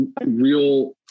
real